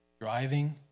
driving